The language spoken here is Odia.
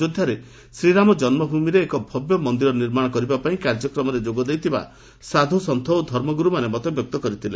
ଅଯୋଧ୍ଧାରେ ଶ୍ରୀରାମ ଜନ୍ମଭୂମିରେ ଏକ ଭବ୍ୟ ମନ୍ଦିର ନିର୍ମାଣ କରିବାପାଇଁ କାର୍ଯ୍ୟକ୍ରମରେ ଯୋଗ ଦେଇଥିବା ସାଧୁ ସନ୍ତୁ ଓ ଧର୍ମଗୁରୁମାନେ ମତବ୍ୟକ୍ତ କରିଥିଲେ